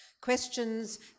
questions